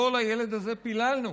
לא לילד הזה פיללנו.